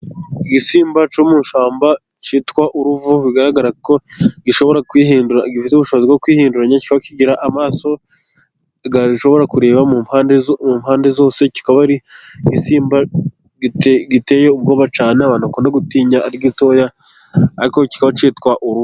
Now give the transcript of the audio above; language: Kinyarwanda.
Igisimba cyo mu ishyamba kitwa Uruvu, bigaragara ko gishobora kwihindura ,gifite ubushobozi bwo kwihinduranya, kikaba kigira amaso ashobora kureba mu mpande zose ,kikaba ari igisimba giteye ubwoba cyane ,abantu bakunda gutinya ari gatoya ariko kikaba kitwa uruvu.